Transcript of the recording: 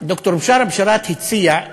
ד"ר בשארה בשאראת, ד"ר